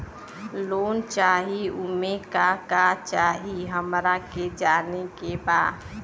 Loan चाही उमे का का चाही हमरा के जाने के बा?